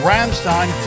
Ramstein